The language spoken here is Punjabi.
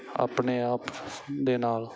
ਆਪਣੇ ਆਪ ਦੇ ਨਾਲ